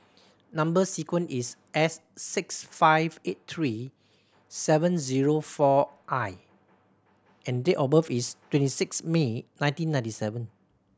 number sequence is S six five eight three seven zero four I and date of birth is twenty six May nineteen ninety seven